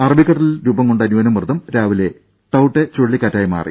അറബിക്കടലിൽ രൂപം കൊണ്ട ന്യൂനമർദ്ദം രാവിലെ ടൌട്ടെ ചുഴലിക്കാറ്റായി മാറി